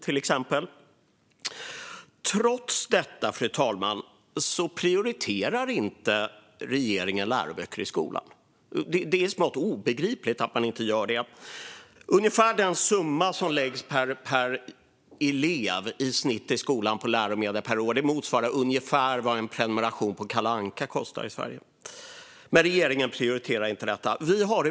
Trots detta prioriterar regeringen inte läroböcker i skolan, fru talman. Det är smått obegripligt att man inte gör det. Den summa som i snitt läggs per elev i skolan per år motsvarar ungefär vad en prenumeration på Kalle Anka kostar i Sverige, men regeringen prioriterar inte detta.